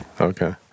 Okay